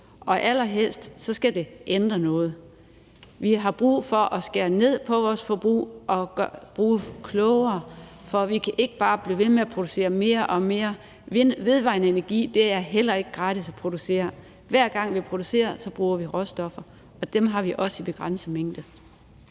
og allerhelst skal det ændre noget. Vi har brug for at skære ned på vores forbrug og forbruge klogere, for vi kan ikke bare blive ved med at producere mere og mere. Vedvarende energi er heller ikke gratis at producere. Hver gang vi producerer, bruger vi råstoffer, og dem har vi også i begrænsede mængder.